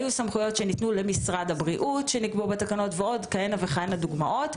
היו סמכויות שניתנו למשרד הבריאות ועוד דוגמאות.